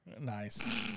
Nice